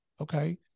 okay